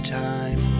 time